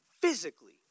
physically